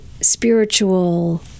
spiritual